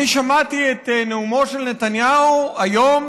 אני שמעתי את נאומו של נתניהו היום,